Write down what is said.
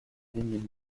vinyle